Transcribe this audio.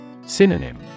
Synonym